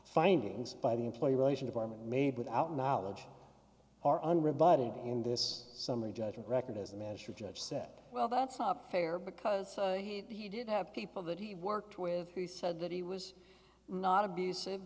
findings by the employee relation department made without knowledge or unrelated in this summary judgment record as a measure judge said well that's not fair because he did have people that he worked with who said that he was not abusive